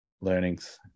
learnings